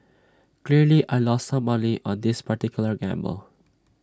clearly I lost some money on this particular gamble